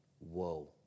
whoa